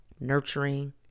nurturing